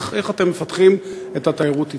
איך אתם מפתחים את התיירות אתם?